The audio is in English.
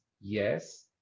yes